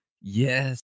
Yes